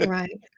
right